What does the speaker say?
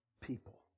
people